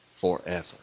forever